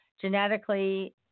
genetically